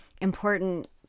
important